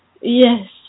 Yes